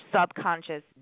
subconscious